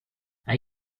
are